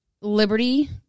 liberty